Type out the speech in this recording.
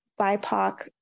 BIPOC